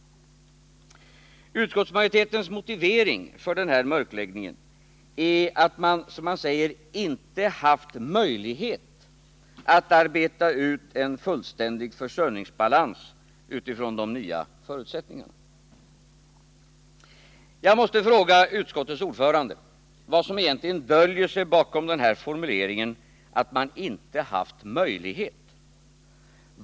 Utskottsmajoritetens motivering för den här mörkläggningen är att man ”inte haft möjlighet” att arbeta ut en fullständig försörjningsbalans utifrån de nya förutsättningarna. Jag måste fråga utskottets ordförande vad som egentligen döljer sig bakom den här formuleringen att man ”inte haft möjlighet”.